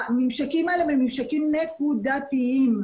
הממשקים האלה ממושקים נקודתיים.